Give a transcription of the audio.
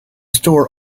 store